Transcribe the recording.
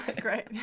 great